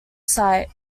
site